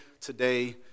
today